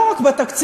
לא רק בתקציב,